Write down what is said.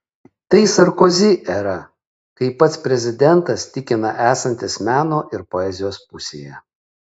tai sarkozi era kai pats prezidentas tikina esantis meno ir poezijos pusėje